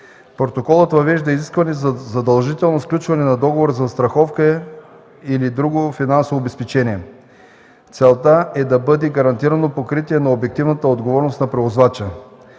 Протоколът въвежда изискване за задължително сключване на договор за застраховка или друго финансово обезпечение. Целта е да бъде гарантирано покритие на обективната отговорност на превозвача.